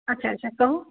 अच्छा अच्छा कहू